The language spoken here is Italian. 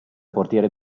portiere